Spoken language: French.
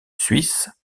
suisse